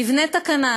תבנה תקנה.